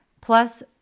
plus